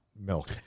milk